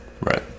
Right